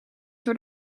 door